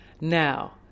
Now